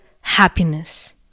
happiness